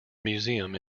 museum